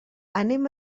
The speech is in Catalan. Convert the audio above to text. anem